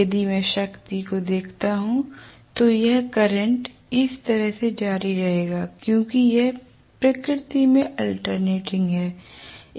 यदि मैं शक्ति को देखता हूं तो यह करंट इस तरह से जारी रहेगा क्योंकि यह प्रकृति में अलटेरिंग है